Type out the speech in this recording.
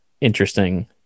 interesting